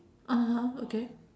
(uh huh) okay